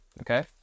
okay